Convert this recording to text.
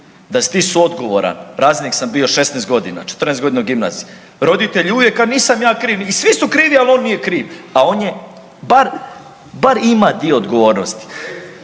da si ti suodgovoran, razrednik sam bio 16 godina, 14 godina u Gimnaziji. Roditelji uvijek, a nisam ja kriv i svi su krivi ali nije on nije kriv a on bar, bar ima dio odgovornosti.